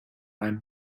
einem